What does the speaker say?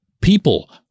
people